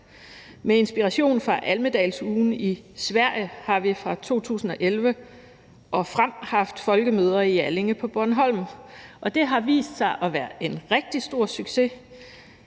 Med inspiration fra Almedalsugen i Sverige har vi fra 2011 og frem haft folkemøder i Allinge på Bornholm, og det har vist sig at være en rigtig stor succes.